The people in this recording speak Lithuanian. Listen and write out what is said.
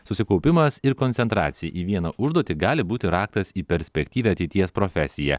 susikaupimas ir koncentracija į vieną užduotį gali būti raktas į perspektyvią ateities profesiją